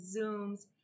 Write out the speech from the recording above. Zooms